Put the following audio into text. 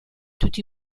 tutti